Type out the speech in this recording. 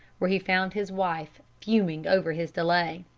where he found his wife fuming over his delay.